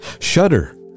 Shudder